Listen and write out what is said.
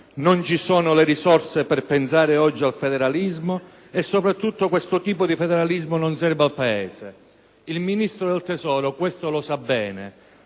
non ci sono le risorse per pensare oggi al federalismo e, soprattutto, questo tipo di federalismo non serve al Paese. Il Ministro dell'economia questo lo sa bene,